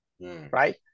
right